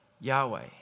Yahweh